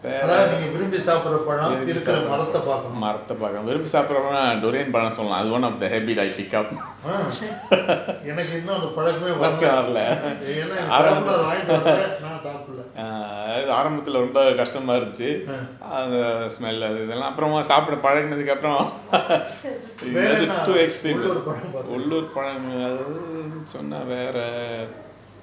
அதாவது நீங்க விரும்பி சாப்புற பழம் இருக்குற மரத்த பார்கொனும்:athavathu neenga virumbi saapura palam irukkura maratha paarkonum mm எனக்கு இன்னும் அந்த பழக்கமே வரல்ல ஏன்னா என் தகப்பனார் வாங்கிட்டு வரல்ல நான் சாப்பிடல்ல:enakku innum antha palakkamae varalla yenna en thakappanaar vankittu varalla naan sappidalla mm வேறென்ன உள்ளூர் பழம் பார்த்தீங்க:verenna ulloor palam paartheenga